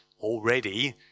already